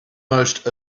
most